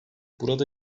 burada